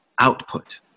output